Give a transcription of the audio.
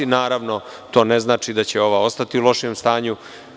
Naravno, to ne znači da će ova ostati u lošem stanju.